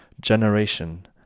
Generation